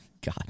God